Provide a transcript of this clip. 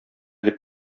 дип